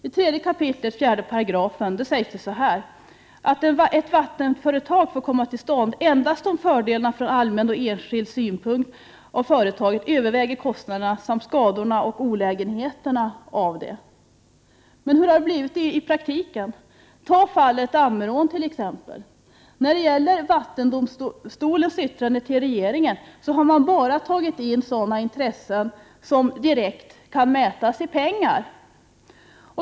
I 3 kap. 4 § vattenlagen sägs följande: ”Ett vattenföretag får komma till stånd endast om fördelarna från allmän och enskild synpunkt av företaget överväger kostnaderna samt skadorna och olägenheterna av det.” Men hur har det blivit i praktiken? Man kan t.ex. ta fallet Ammerån. I vattendomstolens yttrande till regeringen har man bara tagit med sådana intressen som direkt kan mätas i pengar.